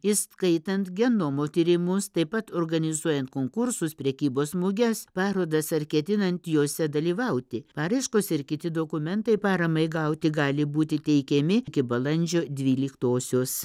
įskaitant genomo tyrimus taip pat organizuojant konkursus prekybos muges parodas ar ketinant jose dalyvauti paraiškos ir kiti dokumentai paramai gauti gali būti teikiami iki balandžio dvyliktosios